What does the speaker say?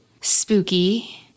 spooky